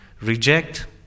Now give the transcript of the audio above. reject